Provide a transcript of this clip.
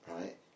Right